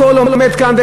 הכול עומד כאן,